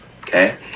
okay